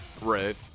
Right